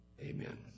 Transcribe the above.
Amen